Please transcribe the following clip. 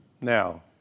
Now